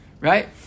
right